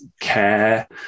care